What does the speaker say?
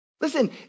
Listen